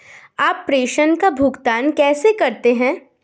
आप प्रेषण का भुगतान कैसे करते हैं?